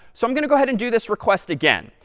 so i'm going to go ahead and do this request again.